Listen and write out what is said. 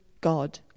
God